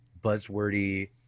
buzzwordy